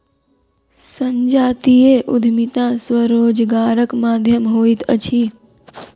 संजातीय उद्यमिता स्वरोजगारक माध्यम होइत अछि